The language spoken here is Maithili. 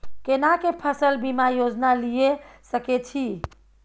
केना के फसल बीमा योजना लीए सके छी?